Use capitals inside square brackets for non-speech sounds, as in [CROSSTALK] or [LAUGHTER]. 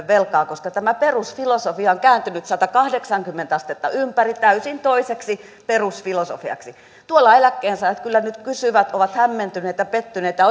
[UNINTELLIGIBLE] velkaa koska tämä perusfilosofia on kääntynyt satakahdeksankymmentä astetta ympäri täysin toiseksi perusfilosofiaksi tuolla eläkkeensaajat kyllä nyt kysyvät ovat hämmentyneitä pettyneitä [UNINTELLIGIBLE]